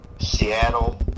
Seattle